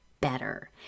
better